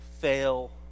fail